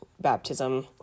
baptism